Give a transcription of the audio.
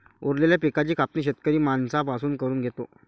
उरलेल्या पिकाची कापणी शेतकरी माणसां पासून करून घेतो